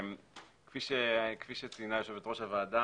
כפי שציינה יושבת-ראש הוועדה,